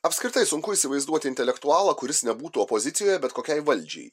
apskritai sunku įsivaizduoti intelektualą kuris nebūtų opozicijoje bet kokiai valdžiai